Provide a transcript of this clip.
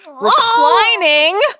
reclining